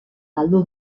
galdu